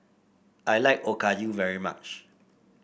I like Okayu very much